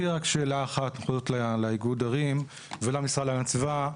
יש לי רק שאלה אחת לאיגוד ערים ולמשרד להגנת הסביבה.